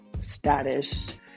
status